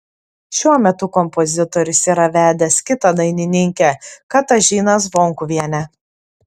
šiuo metu kompozitorius yra vedęs kitą dainininkę katažiną zvonkuvienę